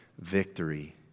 victory